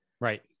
right